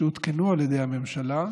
שהותקנו על ידי הממשלה,